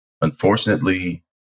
unfortunately